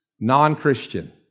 Non-Christian